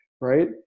Right